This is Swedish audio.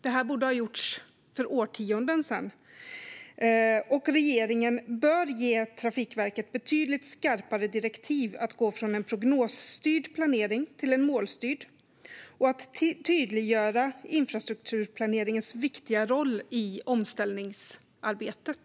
Det här borde ha gjorts för årtionden sedan. Regeringen bör ge Trafikverket betydligt skarpare direktiv att gå från en prognosstyrd planering till en målstyrd och att tydliggöra infrastrukturplaneringens viktiga roll i omställningsarbetet.